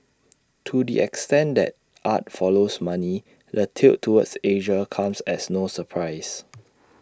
to the extent that art follows money the tilt towards Asia comes as no surprise